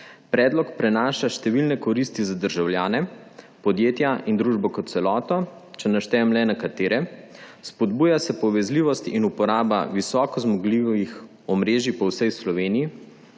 Predlog prinaša številna koristi za državljane, podjetja in družbo kot celoto. Naj naštejem le nekatere: spodbuja se povezljivost in uporaba visoko zmogljivih omrežij po vsej Sloveniji;